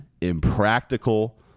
impractical